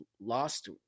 lost